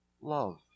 love